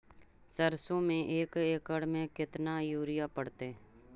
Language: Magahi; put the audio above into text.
सरसों में एक एकड़ मे केतना युरिया पड़तै?